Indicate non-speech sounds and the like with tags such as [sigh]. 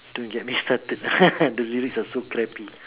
don't get me started [laughs] the lyrics are so crappy